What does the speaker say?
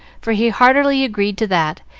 for he heartily agreed to that,